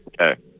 Okay